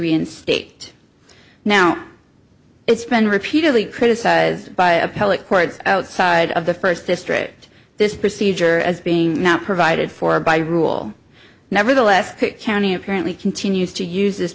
reinstate now it's been repeatedly criticized by appellate courts outside of the first district this procedure as being not provided for by rule nevertheless county apparently continues to use this